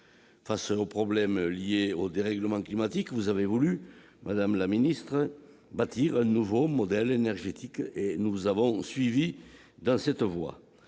Face aux problèmes liés au dérèglement climatique, vous avez voulu, madame la ministre, bâtir un nouveau modèle énergétique, et nous vous avons suivie dans cette voie.